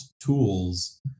tools